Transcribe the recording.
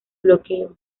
bloqueo